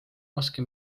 raske